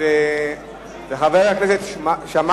תיקנו את זה.